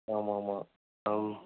ஆமாம் ஆமாம் ம்